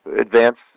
advance